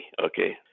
okay